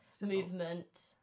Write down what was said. movement